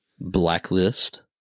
Blacklist